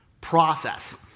process